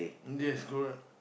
yes correct